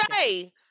say